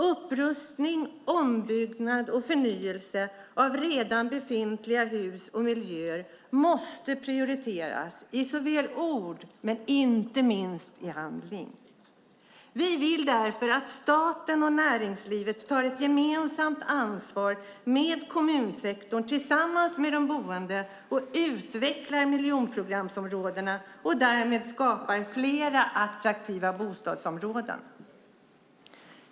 Upprustning, ombyggnad och förnyelse av redan befintliga hus och miljöer måste prioriteras i såväl ord som handling. Vi vill därför att staten och näringslivet tar ett gemensamt ansvar med kommunsektorn tillsammans med de boende och utvecklar miljonprogramsområdena och därmed skapar fler attraktiva bostadsområden.